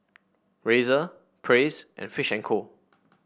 Razer Praise and Fish and Co